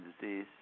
disease